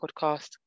podcast